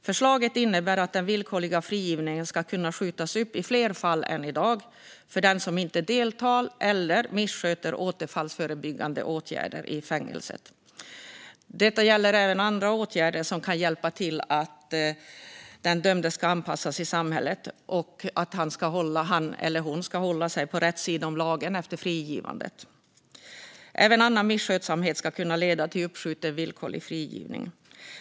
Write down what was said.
Förslaget innebär att den villkorliga frigivningen ska kunna skjutas upp i fler fall än i dag för den som inte deltar i eller missköter återfallsförebyggande åtgärder i fängelset. Detta gäller även andra åtgärder som kan hjälpa den dömde att återanpassas i samhället och hålla sig på rätt sida om lagen efter frigivandet. Även annan misskötsamhet ska kunna leda till uppskjuten villkorlig frigivning.